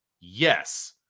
Yes